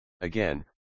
Again